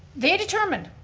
they determined,